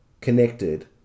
connected